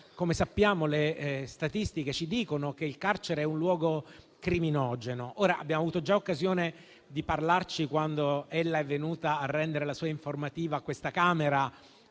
anzi, le statistiche ci dicono che il carcere è un luogo criminogeno. Abbiamo avuto già occasione di parlarci quando ella è venuta a rendere la sua informativa a questa Camera